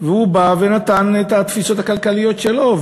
והוא בא ונתן את התפיסות הכלכליות שלו,